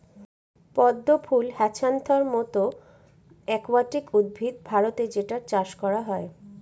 পদ্ম ফুল হ্যাছান্থর মতো একুয়াটিক উদ্ভিদ ভারতে যেটার চাষ করা হয়